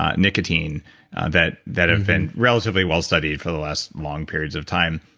ah nicotine that that have been relatively well studied for the last long periods of time,